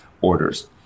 orders